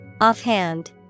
Offhand